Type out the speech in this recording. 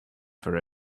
for